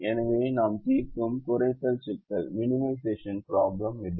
எனவே நாம் தீர்க்கும் குறைத்தல் சிக்கல் இது